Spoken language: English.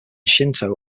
shinto